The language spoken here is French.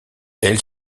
elle